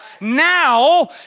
now